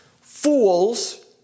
Fools